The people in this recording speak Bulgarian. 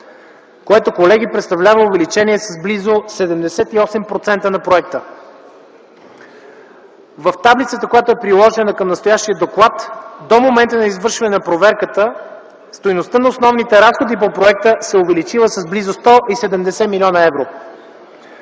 което, колеги, означава увеличение на проекта с близо 78%. В таблицата, която е приложена към настоящия доклад - до момента на извършване на проверката стойността на основните разходи по проекта се е увеличила с близо 170 млн. евро.